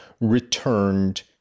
returned